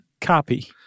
Copy